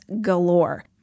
galore